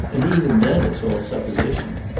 and even then it's all supposition.